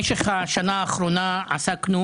במשך השנה האחרונה עסקנו